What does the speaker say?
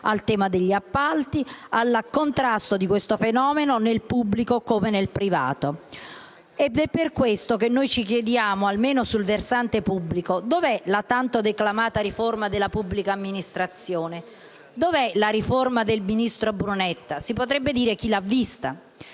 al tema degli appalti e al contrasto di detto fenomeno nel pubblico come nel privato. È per questo che ci chiediamo, almeno sul versante pubblico: dove è la tanto declamata riforma della pubblica amministrazione? Dove è la riforma del ministro Brunetta? Si potrebbe dire «Chi l'ha vista?».